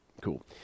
cool